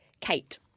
Kate